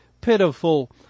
pitiful